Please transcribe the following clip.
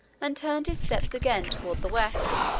and turned his steps again toward the west.